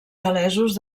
gal·lesos